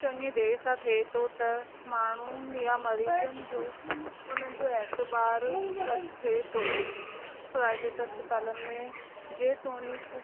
चङे देरि सां थिए थो त माण्हूं या मरीज़नि जो हुननि जो एतिबार घटि थिए थो प्राईविट अस्पतालनि में जेतोणीक